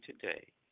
today